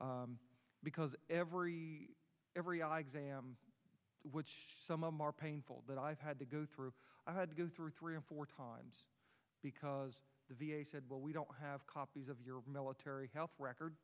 because every every eye exam which some are painful that i've had to go through i had to go through three or four times because the v a said well we don't have copies of your military health record